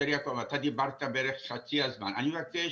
אשר יעקב אתה דיברת בערך חצי מהזמן, אני מבקש